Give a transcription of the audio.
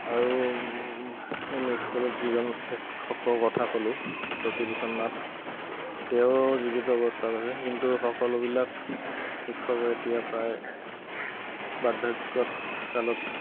আৰু এমই স্কুলত যিজন শিক্ষকৰ কথা ক'লোঁ শশী ভূষণ নথ তেওঁ জীৱিত অৱস্থাত আছে কিন্তু সকলোবিলাক শিক্ষকৰ এতিয়া প্ৰায় বাৰ্ধক্যত কালত